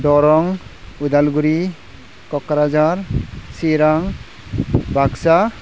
Darrang Udalguri Kokrajhar Chirang Baksa